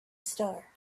star